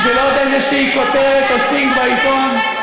בשביל עוד איזו כותרת שעושים בעיתון,